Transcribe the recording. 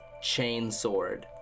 chainsword